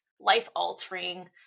life-altering